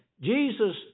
Jesus